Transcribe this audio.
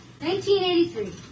1983